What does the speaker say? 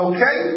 Okay